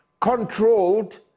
controlled